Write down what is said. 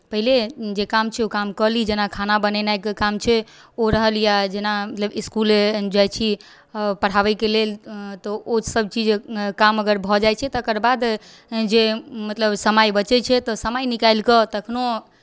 पहिले जे काम छै ओ काम कऽ ली जेना खाना बनेनाइके काम छै ओ रहल या जेना मतलब इस्कुले जाइ छी पढ़ाबैके लेल तऽ ओ सभचीज काम अगर भऽ जाइ छै तकर बाद जे मतलब समय बचैत छै तऽ समय निकालि कऽ तखनो